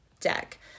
deck